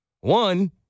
One